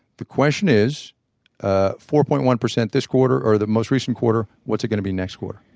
the question is ah four point one percent this quarter, or the most recent quarter. what's it going to be next quarter?